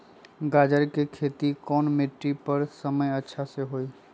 गाजर के खेती कौन मिट्टी पर समय अच्छा से होई?